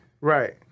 Right